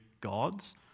gods